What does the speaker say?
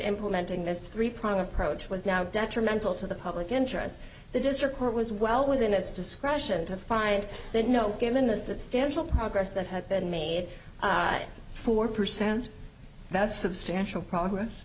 implementing this three prong approach was now detrimental to the public interest the district court was well within its discretion to find that no given the substantial progress that had been made four percent that's substantial progress